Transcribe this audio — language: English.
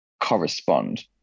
correspond